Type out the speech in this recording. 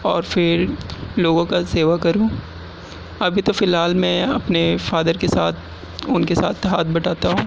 اور پھر لوگوں کا سیوا کروں ابھی تو فی الحال میں اپنے فادر کے ساتھ ان کے ساتھ ہاتھ بٹاتا ہوں